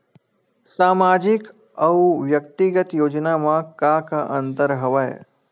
सामाजिक अउ व्यक्तिगत योजना म का का अंतर हवय?